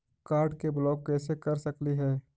Card के block कैसे कर सकली हे?